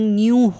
new